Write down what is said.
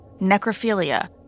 Necrophilia